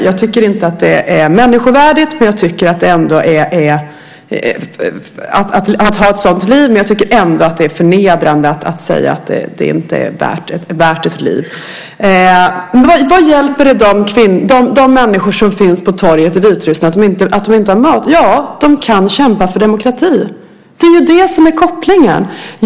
Jag tycker inte att det är människovärdigt att ha ett sådant liv, men jag tycker att det är förnedrande att säga att det inte är värt att leva. Vad hjälper det de människor som finns på torget i Minsk i Vitryssland att de har mat? Ja, de kan kämpa för demokrati. Det är ju det som är kopplingen.